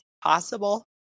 possible